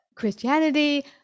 Christianity